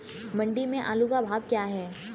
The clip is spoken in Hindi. मंडी में आलू का भाव क्या है?